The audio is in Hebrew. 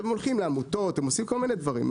הם הולכים לעמותות, הם עושים כל מיני דברים.